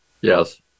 Yes